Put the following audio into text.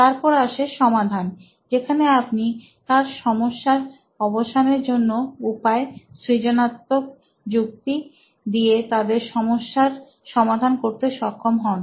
তারপর আসে সমাধান যেখানে আপনি তার সমস্যার অবসানের জন্য উপায় সৃজনাত্মক যুক্তি দিয়ে তাদের সমস্যার সমাধান করতে সক্ষম হন